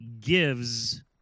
gives